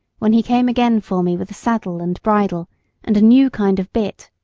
when he came again for me with a saddle and bridle and a new kind of bit.